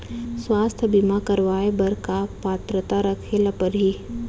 स्वास्थ्य बीमा करवाय बर का पात्रता रखे ल परही?